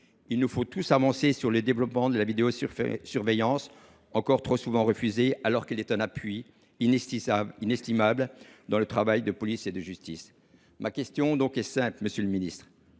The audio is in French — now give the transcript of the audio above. Il nous faut également développer partout la vidéosurveillance, encore trop souvent refusée alors qu’elle est un appui inestimable dans le travail de la police et de la justice. Ma question est simple, monsieur le ministre